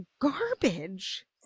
garbage